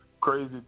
crazy